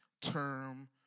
term